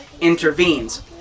intervenes